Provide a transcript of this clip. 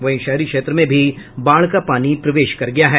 वहीं शहरी क्षेत्र में भी बाढ़ का पानी प्रवेश कर गया है